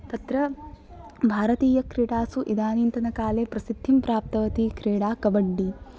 तत्र भारतीयक्रीडासु इदानीन्तन काले प्रसिद्धिं प्राप्तवती क्रीडा कबड्डि